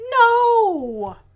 No